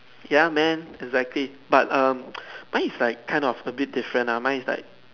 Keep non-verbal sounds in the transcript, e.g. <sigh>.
ya man exactly but err <noise> mine is like kind of a bit different lah mine is like